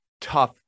tough